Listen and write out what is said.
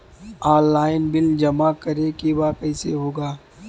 Online bill जमा करे के बा कईसे होगा?